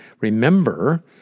remember